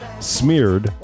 smeared